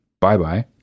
bye-bye